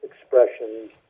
expressions